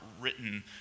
written